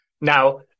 now